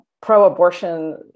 pro-abortion